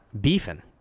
Beefing